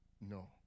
No